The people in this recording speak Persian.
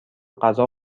غذا